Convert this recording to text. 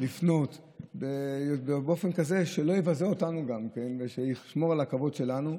לפנות באופן כזה שלא יבזה אותנו גם כן ושישמור על הכבוד שלנו.